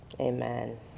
Amen